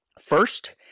First